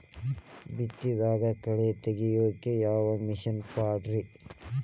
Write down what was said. ಭತ್ತದಾಗ ಕಳೆ ತೆಗಿಯಾಕ ಯಾವ ಮಿಷನ್ ಪಾಡ್ರೇ?